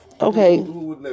Okay